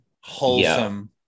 wholesome